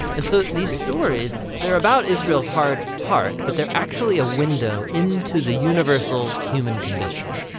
and so these stories there about israel's hard heart but they're actually a window into the universal human condition.